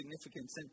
significance